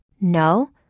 No